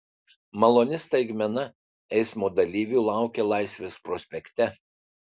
maloni staigmena eismo dalyvių laukia laisvės prospekte